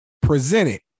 Presented